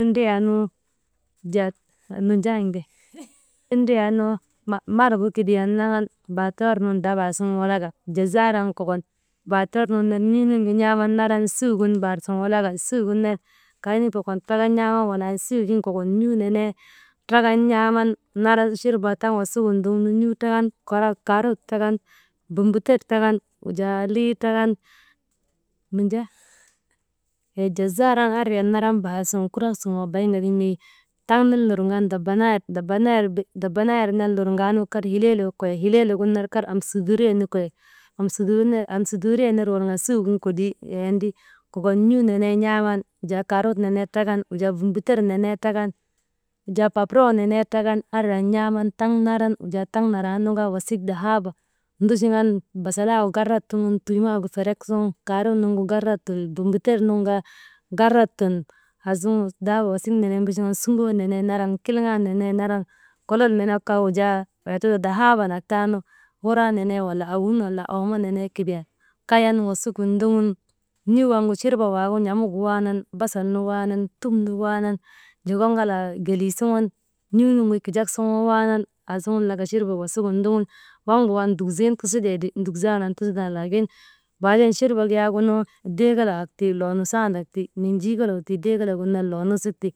«hesitation» nunjan ke nargu kidiyan naŋan batuwar nun dabaa sun walaka, jazaaran kokon batuwar nun ner n̰uu nuŋu n̰aaman naran walaka, suugin baar sun walaka, suugin ner kaynu kokon trakan n̰aaman walan suugin kokon n̰uu nenee trakan n̰aaman, churbaa tan wasigin ndoŋun n̰uu trakan «hesitatin» karot trakan, bumbuter trakan, wujaa lii trakan nunjan, wujaa jazaaran andriyan naran baar sun kurak sun wabayin ka ti neyi, taŋ ner Lurgan dabanaayir «hesitation», dabanaayir ner lurŋan kar hilee legu koyok, hileelegin ner kar amsuduriye nu koyok «hesitation» amsuduuriye ner wurŋan kar suugin kolii yayan ti kokon n̰uu nenee n̰aaman, wujaa karot nenee trakan, wujaa bumbuter nenee trakan, wujaa pavuroŋ nenee trakan, andriyan n̰aaman taŋ naran, wujaa, wujaa taŋ naraa nu kaa, wujaa wasik dahaaba nduchuŋan, wujaa basalayegu garret suŋun, tuumayegu ferek suŋun, kaarot nu garat sun, bumbuter nun kaa, garret sun, aasuŋun dahaaba wasik nenek nduchuŋan suŋgoo nenee naran, killŋaa nenee naran, kolol nenegu kaa yaatu dahaaba nat taanu, wuraa nenee wala owun, wala oomo nenee kidiyan kayan wasigin ndoŋun, n̰uu waŋ gu churbak waagu n̰amugu waanan, basal nu waanan, tum nu waanan, joko ŋalaa gelii suŋun, n̰uunugu kijak suŋun waanan, aasuŋun laka churbagu wasigin ndoŋun waŋ gu kaa nduk zin tusitee ti duk zandaan tusitan laakin, baaden churbak yaagunu dee kelek wak tii loo nusandak ti menjii kelegu tii dee kelegin ner loo nusik ti.